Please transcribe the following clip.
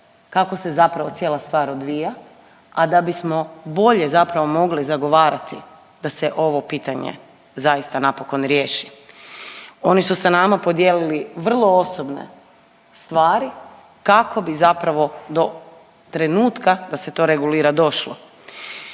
kako se zapravo cijela stvar odvija, a da bismo bolje zapravo mogli zagovarati da se ovo pitanje zaista napokon riješi. Oni su sa nama podijeliti vrlo osobne stvari kako bi zapravo do trenutka da se to regulira došlo.